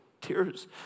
tears